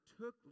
took